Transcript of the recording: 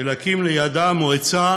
ולהקים לידה מועצה